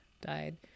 died